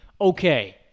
Okay